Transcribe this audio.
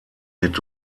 mit